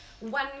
One